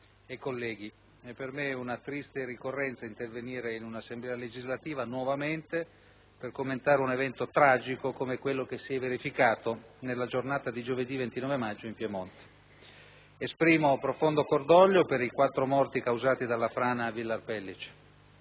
e colleghi, è per me una triste ricorrenza intervenire nuovamente in un'Assemblea legislativa per commentare un evento tragico come quello che si è verificato nella giornata di giovedì 29 maggio in Piemonte. Esprimo profondo cordoglio per i quattro morti causati dalla frana a Villar Pellice.